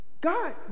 God